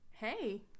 Hey